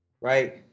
Right